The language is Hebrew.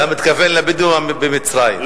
אתה מתכוון לבדואים במצרים.